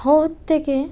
ভোর থেকে